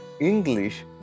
English